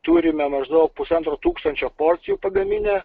turime maždaug pusantro tūkstančio porcijų pagaminę